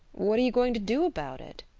what are you going to do about it?